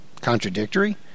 contradictory